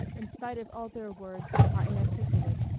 in spite of all their words, are inarticulate,